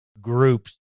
groups